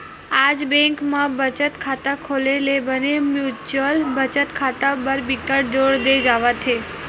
आज बेंक म बचत खाता खोले ले बने म्युचुअल बचत खाता बर बिकट जोर दे जावत हे